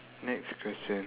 next question